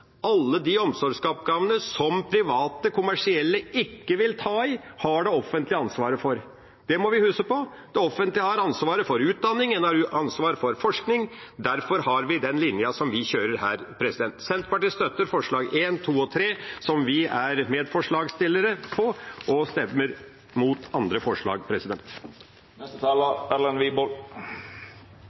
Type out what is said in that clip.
Alle de omsorgsoppgavene som private kommersielle selskaper ikke vil ta i, har det offentlige ansvaret for. Det må vi huske på. Det offentlige har ansvaret for utdanning, og det har ansvaret for forskning. Derfor har vi den linja vi kjører her. Senterpartiet støtter forslagene nr. 1, 2 og 3, som vi er medforslagsstillere på, og stemmer imot andre forslag.